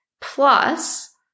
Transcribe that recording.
Plus